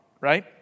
right